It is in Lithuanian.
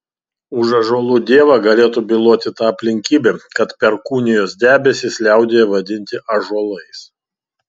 už ąžuolų dievą galėtų byloti ta aplinkybė kad perkūnijos debesys liaudyje vadinti ąžuolais